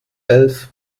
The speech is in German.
elf